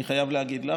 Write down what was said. אני חייב להגיד לך,